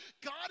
God